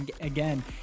again